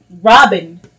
Robin